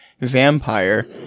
vampire